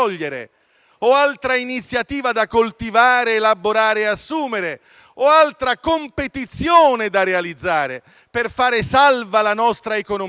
o altra iniziativa da coltivare, elaborare e assumere, o altra competizione da realizzare per fare salva la nostra economia,